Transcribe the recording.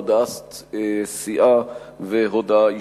הודעת סיעה והודעה אישית.